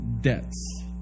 debts